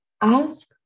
ask